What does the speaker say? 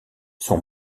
son